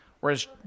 Whereas